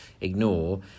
ignore